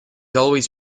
always